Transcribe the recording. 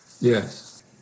Yes